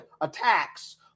attacks